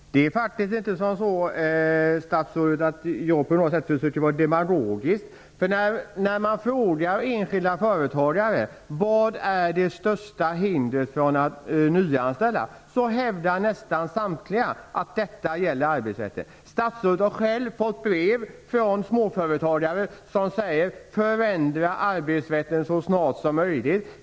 Herr talman! Det är faktiskt inte så, statsrådet, att jag på något sätt försöker vara demagogisk. När man frågar enskilda företagare vad som är det stora hindret för att nyanställa hävdar nästan samtliga att detta gäller arbetsrätten. Statsrådet har själv fått brev från småföretagare som säger: Förändra arbetsrätten så snart som möjligt!